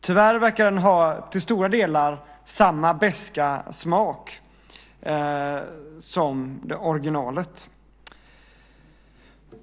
Tyvärr verkar den till stora delar ha samma beska smak som originalet.